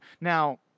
now